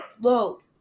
load